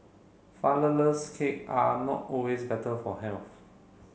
cake are not always better for health